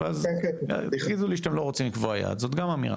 תגידו לי שאתם לא רוצים לקבוע יעד, זו גם אמירה.